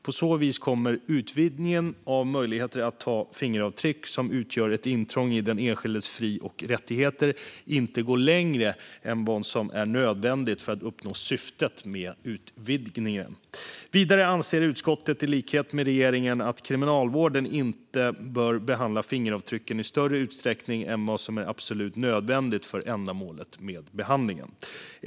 På så vis kommer utvidgningen av möjligheten att ta fingeravtryck, som utgör intrång i den enskildes fri och rättigheter, inte att gå längre än vad som är nödvändigt för att uppnå syftet med utvidgningen. Vidare anser utskottet, i likhet med regeringen, att Kriminalvården inte bör behandla fingeravtrycken i större utsträckning än vad som är absolut nödvändigt för ändamålet med behandlingen.